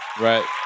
right